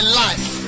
life